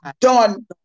done